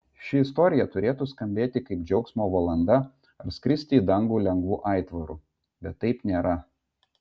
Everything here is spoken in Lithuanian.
ši istorija turėtų skambėti kaip džiaugsmo valanda ar skristi į dangų lengvu aitvaru bet taip nėra